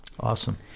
Awesome